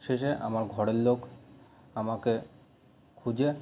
শেষে আমার ঘরের লোক আমাকে খুঁজে